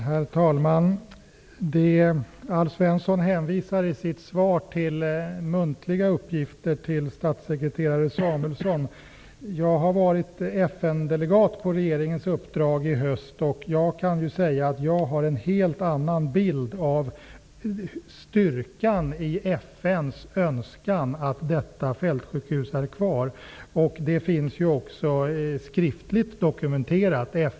Herr talman! Alf Svensson hänvisar i sitt svar till muntliga uppgifter från statssekreterare Samuelsson. Jag har på regeringens uppdrag varit FN-delegat i höst. Jag har en helt annan bild av styrkan i FN:s önskan att detta fältsjukhus skall vara kvar. Det finns också skriftligt dokumenterat.